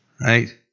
right